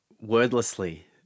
Wordlessly